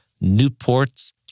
Newport's